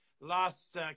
last